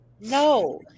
No